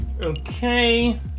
Okay